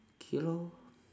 okay lor